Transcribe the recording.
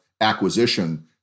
acquisition